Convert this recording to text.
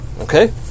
Okay